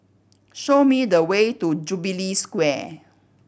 show me the way to Jubilee Square